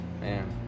Man